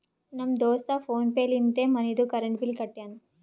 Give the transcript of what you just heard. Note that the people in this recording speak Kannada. ನಮ್ ದೋಸ್ತ ಫೋನ್ ಪೇ ಲಿಂತೆ ಮನಿದು ಕರೆಂಟ್ ಬಿಲ್ ಕಟ್ಯಾನ್